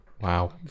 Wow